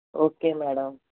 okay madam